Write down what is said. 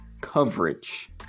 coverage